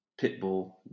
Pitbull